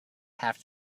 have